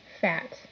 fat